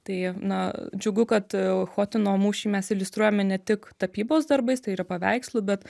tai na džiugu kad chotyno mūšį mes iliustruojame ne tik tapybos darbais tai yra paveikslu bet